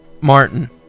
Martin